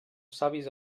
savis